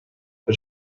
but